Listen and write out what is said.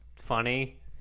funny